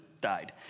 died